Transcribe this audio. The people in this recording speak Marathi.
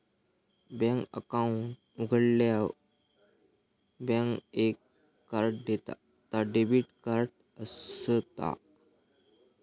बॅन्क अकाउंट उघाडल्यार बॅन्क एक कार्ड देता ता डेबिट कार्ड असता